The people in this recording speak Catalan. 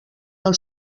del